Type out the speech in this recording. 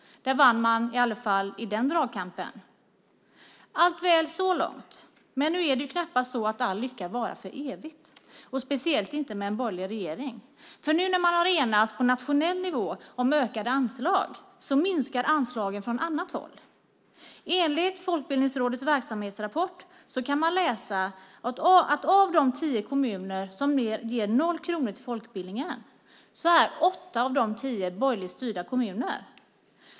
Där vann man i alla fall i den dragkampen. Allt väl så långt, men nu är det knappast så att all lycka varar för evigt, och speciellt inte med en borgerlig regering. Nu när man har enats på nationell nivå om ökade anslag minskar anslagen från annat håll. I Folkbildningsrådets verksamhetsrapport kan man läsa att av de tio kommuner som ger noll kronor till folkbildningen är åtta borgerligt styrda.